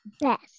best